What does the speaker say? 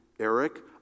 Eric